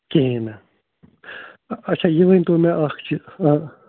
کِہیٖنۍ نہٕ اَچھا یہِ ؤنۍتو مےٚ اَکھ چہِ